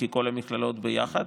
כל המכללות ביחד,